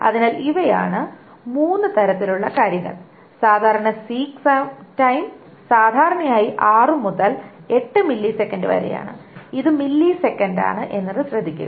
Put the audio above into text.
അതിനാൽ ഇവയാണ് മൂന്ന് തരത്തിലുള്ള കാര്യങ്ങൾ സാധാരണ സീക് സമയം സാധാരണയായി 6 മുതൽ 8 മില്ലിസെക്കൻഡ് വരെയാണ് ഇത് മില്ലിസെക്കൻഡാണ് എന്നത് ശ്രദ്ധിക്കുക